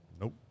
Nope